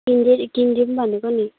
त्यही किनिदिऊँ भनेको नि